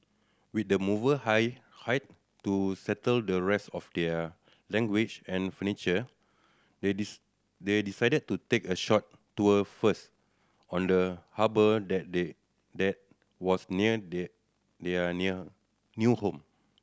with the mover hired to settle the rest of their language and furniture they they decided to take a short tour first on the harbour that they that was near their near near new home